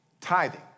Tithing